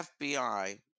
FBI